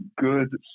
good